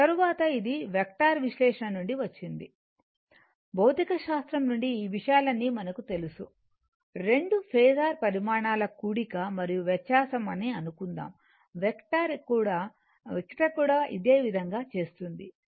తరువాత ఇది వెక్టార్ విశ్లేషణ నుండి వచ్చింది భౌతికశాస్త్రం నుండి ఈ విషయాలన్నీ మనకి తెలుసు రెండు ఫేసర్ పరిమాణాల కూడిక మరియు వ్యత్యాసం అనుకుందాం వెక్టార్ ఇక్కడ కూడా అదే విధంగా చేస్తుంది